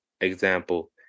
example